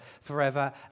forever